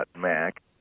.Mac